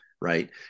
right